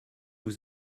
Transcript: vous